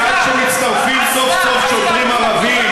שעד שמצטרפים סוף-סוף שוטרים ערבים,